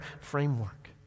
framework